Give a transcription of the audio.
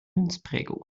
münzprägung